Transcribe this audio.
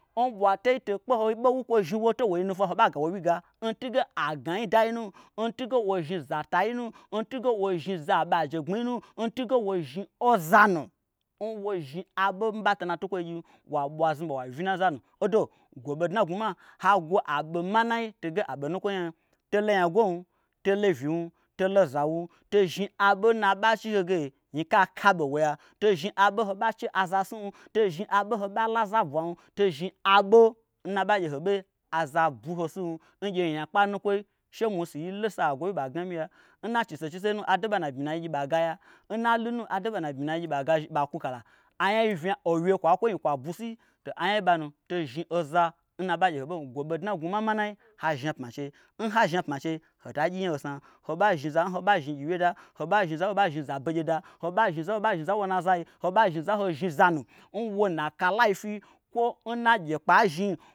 N ɓwatei to kpe ho ɓowun n kwozhni wo towai nufwam hoɓa gawo wyiga n tunge agnai dai nu. n tunge wozhni zatai nu. n tunge wo zhni za aboajegbmi nu. n tunge wo zhni oza nu n wo zhniɓo n ɓato n na tukwoi gyim; wa ɓwa znuɓa wa vyi n naza nu odo gwo ɓodna n gnwuma ha gwo aɓo manai to ge aɓo nukwoi nyam tolo nyagwom. tolo vyim. tolo zawum. to zhni aɓo n na aɓachi hoge nyika kaɓe n woiya; to zhni aɓo n ho ɓache aza snum. to zhni aɓo n hoɓalo aza bwam. to zhni aɓo n naɓa gye hoi ɓe aza bwuho sim n gye nyakpa nukwoi she mwusuyi losa agwowyia gnamyi ya. n na chiso chisonu ado n ɓana bmyinai gyi ɓai gaya n na lunu ado n ɓa n na bmyi nai gyi ɓa gazhi ɓakwu kala anyai vnya owye kwa kwoin nyi kwa bwusi to anyai n ɓanu to tozhni oza n na aɓagye hoi ɓe gwo ɓodna n gnwuma manai ha zhni apma n chei n ha zhni apma n chei hota gyi nya ho snam. Ho ɓa zhni za n hoɓa zhni gyiwye da. ho ɓa zhni za n hoɓa zhni za begye da. ho ɓa zhni za n hoɓa zhni za n wo na azai. Ho ɓa zhni za n ho zhni zanu n wona kalai fyi kwo n na gyekpeazhni